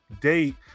date